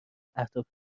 اهداف